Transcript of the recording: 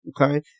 okay